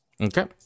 Okay